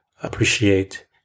appreciate